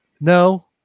No